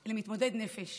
של מתמודד נפש